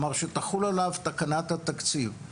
כלומר, שתחול עליו תקנת התקציב,